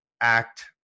act